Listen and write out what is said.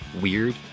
weird